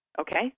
okay